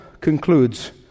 concludes